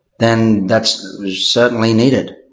then that's certainly needed.